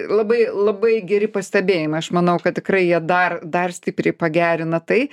labai labai geri pastebėjimai aš manau kad tikrai jie dar dar stipriai pagerina tai